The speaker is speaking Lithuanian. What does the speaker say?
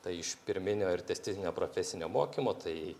tai iš pirminio ir tęstinio profesinio mokymo tai